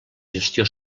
gestió